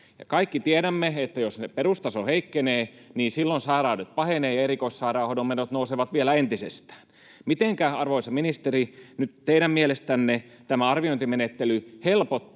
kaikki tiedämme, että jos perustaso heikkenee, niin silloin sairaudet pahenevat ja erikoissairaanhoidon menot nousevat vielä entisestään. Mitenkä, arvoisa ministeri, nyt teidän mielestänne tämä arviointimenettely helpottaa